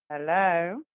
Hello